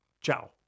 Ciao